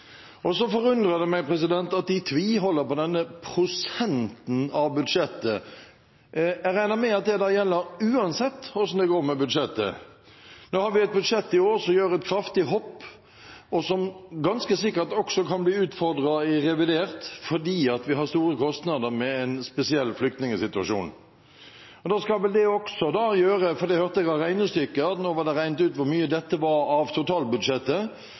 Så forundrer det meg at de tviholder på denne prosenten av budsjettet. Jeg regner med at det gjelder uansett hvordan det går med budsjettet – nå har vi et budsjett i år som gjør et kraftig hopp, og som ganske sikkert også kan bli utfordret i revidert, fordi vi har store kostnader med en spesiell flyktningsituasjon. Nå var det regnet ut, hørte jeg, hvor mye dette utgjorde av totalbudsjettet. Da skal